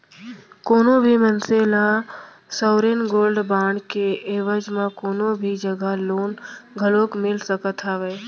कोनो भी मनसे ल सॉवरेन गोल्ड बांड के एवज म कोनो भी जघा लोन घलोक मिल सकत हावय